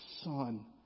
Son